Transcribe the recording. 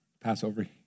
Passover